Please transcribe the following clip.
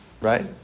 right